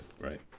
right